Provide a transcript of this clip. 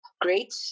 great